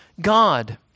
God